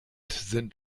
sind